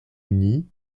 uni